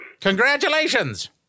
Congratulations